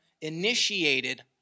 initiated